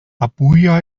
abuja